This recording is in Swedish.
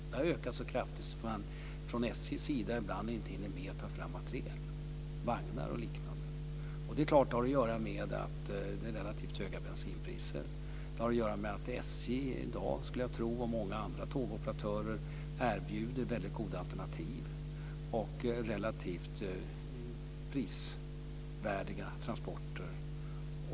Den har ökat så kraftigt att SJ ibland inte hinner med att ta fram materiel, som vagnar och liknande. Det har att göra med att det är relativt höga bensinpriser och att SJ och många andra tågoperatörer i dag erbjuder väldigt goda alternativ och relativt prisvärda transporter.